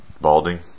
balding